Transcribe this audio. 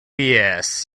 yes